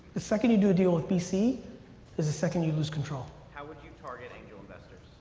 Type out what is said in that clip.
the second you do deal with vc is the second you lose control. how would you target angel investors?